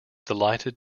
delighted